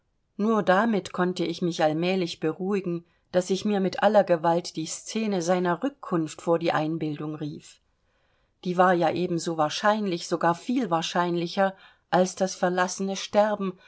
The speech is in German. nur damit konnte ich mich allmählich beruhigen daß ich mir mit aller gewalt die szene seiner rückkunft vor die einbildung rief die war ja ebenso wahrscheinlich sogar viel wahrscheinlicher als das verlassene sterben